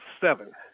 seven